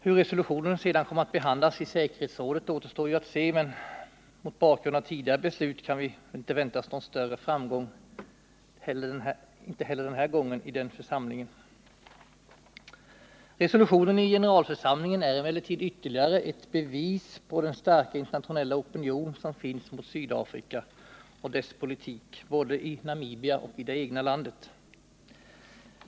Hur resolutionen sedan kommer att behandlas i säkerhetsrådet återstår att se, men mot bakgrund av tidigare beslut kan vi inte heller denna gång vänta oss någon större framgång i den församlingen. Resolutionen i generalförsamlingen är emellertid ytterligare ett bevis på den starka internationella opinion som finns mot Sydafrika och dess politik, både i Namibia och i det egna landet.